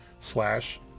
slash